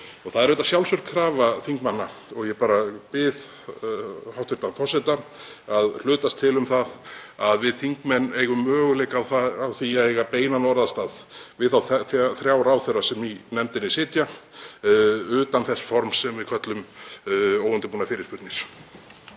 Það er auðvitað sjálfsögð krafa þingmanna og ég bið hæstv. forseta að hlutast til um það að við þingmenn eigum möguleika á því að eiga beinan orðastað við þá þrjá ráðherra sem í nefndinni sitja utan þess forms sem við köllum óundirbúnar fyrirspurnir.